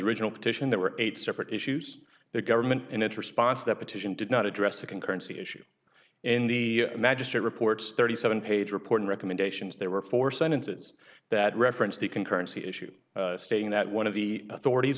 original petition there were eight separate issues the government in its response that petition did not address the concurrency issue in the magistrate reports thirty seven page report recommendations there were four sentences that referenced the concurrency issue stating that one of the authorities